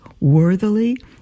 worthily